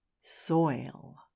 soil